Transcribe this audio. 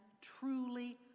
truly